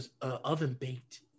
oven-baked